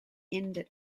ended